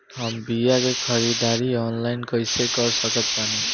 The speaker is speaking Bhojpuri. हम बीया के ख़रीदारी ऑनलाइन कैसे कर सकत बानी?